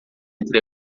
entre